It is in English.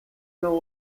know